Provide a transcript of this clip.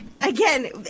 Again